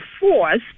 force